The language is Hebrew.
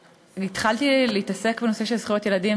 התחלתי להתעסק בנושא של זכויות ילדים,